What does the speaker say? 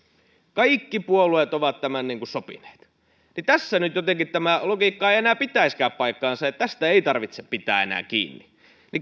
kaikki puolueet ovat tämän sopineet nyt jotenkin tämä logiikka ei enää pitäisikään paikkaansa että tästä ei tarvitsisi pitää enää kiinni